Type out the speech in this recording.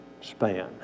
span